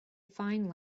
find